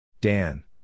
Dan